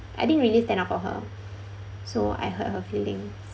I didn't really stand up for her so I hurt her feeling